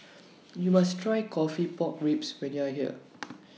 YOU must Try Coffee Pork Ribs when YOU Are here